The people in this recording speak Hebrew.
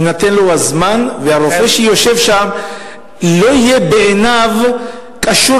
יינתן לו הזמן והרופא שיושב שם לא יהיה בעיניו קשור